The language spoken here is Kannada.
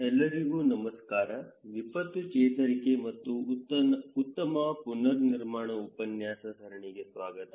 ಎಲ್ಲರಿಗೂ ನಮಸ್ಕಾರ ವಿಪತ್ತು ಚೇತರಿಕೆ ಮತ್ತು ಉತ್ತಮ ಪುನರ್ನಿರ್ಮಾಣ ಉಪನ್ಯಾಸ ಸರಣಿಯಗೆ ಸ್ವಾಗತ